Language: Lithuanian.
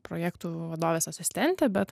projektų vadovės asistentė bet